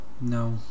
No